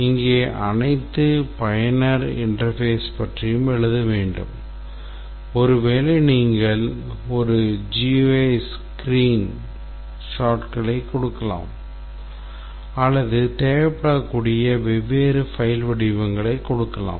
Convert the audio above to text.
இங்கே அனைத்து பயனர் interface பற்றியும் எழுத வேண்டும் ஒருவேளை நீங்கள் ஒரு GUI ஸ்கிரீன் ஷாட்களை கொடுக்கலாம் அல்லது தேவைப்படக்கூடிய வெவ்வேறு file வடிவங்களை கொடுக்கலாம்